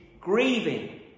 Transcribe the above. grieving